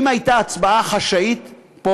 אם הייתה הצבעה חשאית פה,